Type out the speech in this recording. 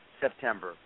September